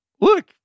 look